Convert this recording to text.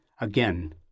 Again